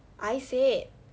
I said